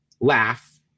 laugh